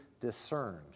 discerned